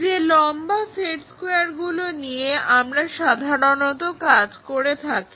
যে লম্বা সেট স্কোয়্যারগুলো নিয়ে আমরা সাধারণত কাজ করে থাকি